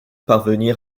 parvenir